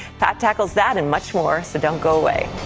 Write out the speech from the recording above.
pat tackles that and much more so don't go away.